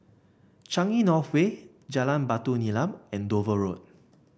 Changi North Way Jalan Batu Nilam and Dover Road